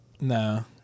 No